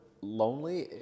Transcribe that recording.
lonely